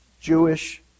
Jewish